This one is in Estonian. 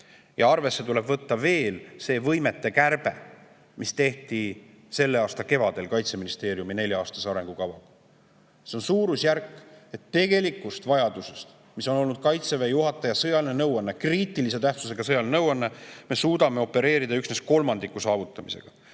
Arvesse tuleb võtta veel see võimete kärbe, mis tehti selle aasta kevadel Kaitseministeeriumi nelja aasta arengukavas. See on suurusjärk [vähem] tegelikust vajadusest, mis on olnud Kaitseväe juhataja sõjaline nõuanne, kriitilise tähtsusega sõjaline nõuanne. Me suudame opereerida üksnes kolmandiku saavutamisega.